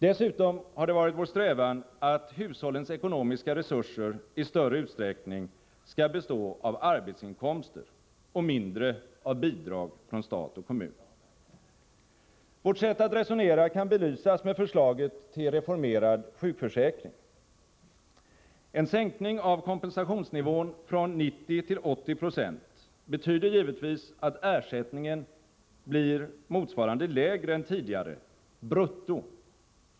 Dessutom har det varit vår strävan att hushållens ekonomiska resurser i större utsträckning skall bestå av arbetsinkomster och mindre av bidrag från stat och kommun. Vårt sätt att resonera kan belysas med förslaget till reformerad sjukförsäkring. En sänkning av kompensationsnivån från 90 till 80 96 betyder givetvis att ersättningen blir motsvarande lägre än tidigare — brutto.